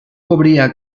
cobria